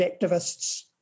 activists